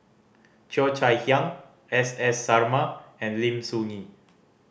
Cheo Chai Hiang S S Sarma and Lim Soo Ngee